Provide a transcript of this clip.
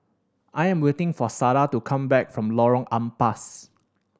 I am waiting for Sada to come back from Lorong Ampas